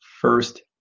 first